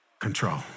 control